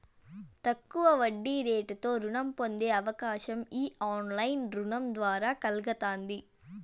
తక్కువ వడ్డీరేటుతో రుణం పొందే అవకాశం ఈ ఆన్లైన్ రుణం ద్వారా కల్గతాంది